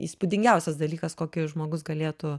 įspūdingiausias dalykas kokį žmogus galėtų